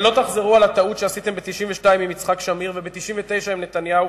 שלא תחזרו על הטעות שעשיתם ב-1992 עם יצחק שמיר וב-1999 עם נתניהו,